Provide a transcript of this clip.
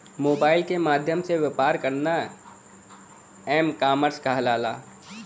mobile के माध्यम से व्यापार करना एम कॉमर्स कहलाला